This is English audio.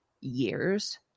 years